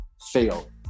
fail